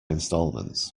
instalments